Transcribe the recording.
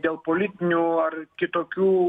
dėl politinių ar kitokių